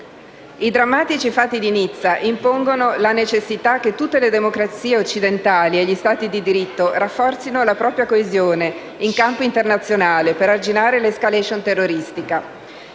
I drammatici fatti di Nizza impongono la necessità che tutte le democrazie occidentali e gli Stati di diritto rafforzino la propria coesione in campo internazionale per arginare l'*escalation* terroristica.